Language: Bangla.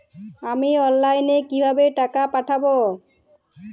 আমি অনলাইনে কিভাবে টাকা পাঠাব?